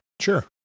Sure